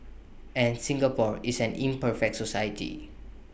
and Singapore is an imperfect society